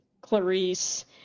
Clarice